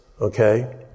okay